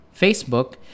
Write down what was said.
Facebook